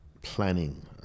planning